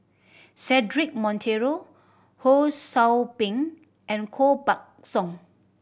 Cedric Monteiro Ho Sou Ping and Koh Buck Song